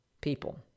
people